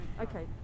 okay